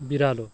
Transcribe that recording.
बिरालो